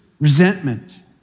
resentment